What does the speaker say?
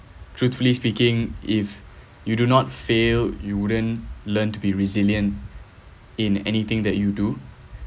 truthfully speaking if you do not fail you wouldn't learn to be resilient in anything that you do